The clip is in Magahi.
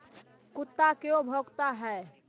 कुत्ता क्यों भौंकता है?